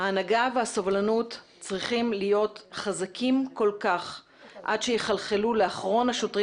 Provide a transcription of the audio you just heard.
ההנהגה והסובלנות צריכים להיות חזקים כל כך עד שיחלחלו לאחרון השוטרים